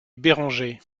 bérenger